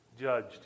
judged